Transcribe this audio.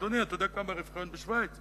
אדוני, אתה יודע כמה רווחי הון בשווייץ?